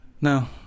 No